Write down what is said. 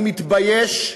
אני מתבייש.